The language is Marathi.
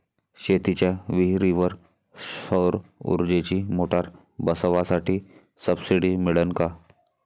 शेतीच्या विहीरीवर सौर ऊर्जेची मोटार बसवासाठी सबसीडी मिळन का?